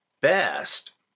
best